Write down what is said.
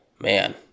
Man